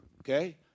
Okay